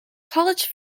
college